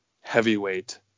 heavyweight